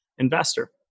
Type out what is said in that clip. investor